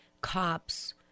cops